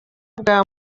bwa